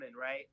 right